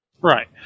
Right